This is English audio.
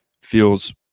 feels